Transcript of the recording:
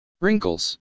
Wrinkles